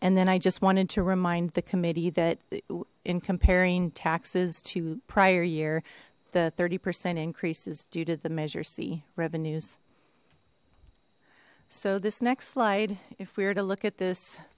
and then i just wanted to remind the committee that in comparing taxes to prior year the thirty percent increases due to the measure c revenues so this next slide if we were to look at this